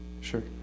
Sure